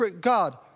God